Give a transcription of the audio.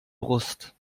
brust